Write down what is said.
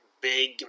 big